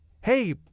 hey